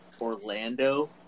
Orlando